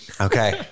Okay